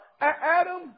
Adam